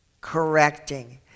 correcting